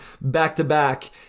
back-to-back